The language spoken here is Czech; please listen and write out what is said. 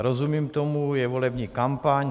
Rozumím tomu, je volební kampaň.